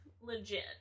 legit